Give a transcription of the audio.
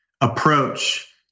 approach